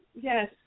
yes